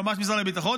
יועמ"ש משרד הביטחון,